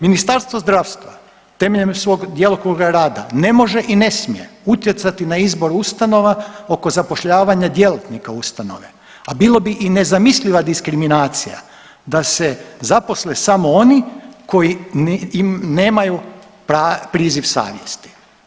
Ministarstvo zdravstva temeljem svog djelokruga rada ne može i ne smije utjecati na izbor ustanova oko zapošljavanja djelatnika ustanove, a bilo bi i nezamisliva diskriminacija da se zaposle samo oni koji nemaju priziv savjesti.